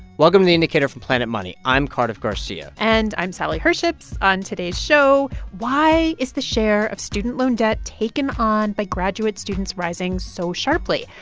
welcome to the indicator from planet money. i'm cardiff garcia and i'm sally herships. on today's show why is the share of student loan debt taken on by graduate students rising so sharply?